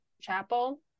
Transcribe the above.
chapel